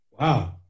Wow